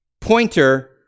pointer